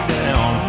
down